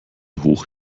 hoch